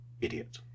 idiot